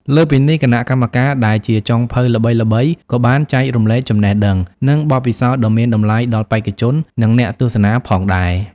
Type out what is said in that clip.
លើសពីនេះ គណៈកម្មការដែលជាចុងភៅល្បីៗក៏បានចែករំលែកចំណេះដឹង និងបទពិសោធន៍ដ៏មានតម្លៃដល់បេក្ខជន និងអ្នកទស្សនាផងដែរ។